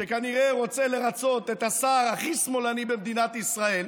שכנראה רוצה לרצות את השר הכי שמאלני במדינת ישראל,